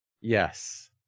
yes